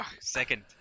second